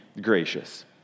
gracious